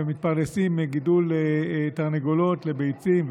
ומתפרנסים מגידול תרנגולות לביצים,